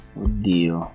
oddio